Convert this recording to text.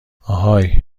آهای